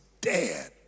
dead